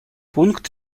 пункт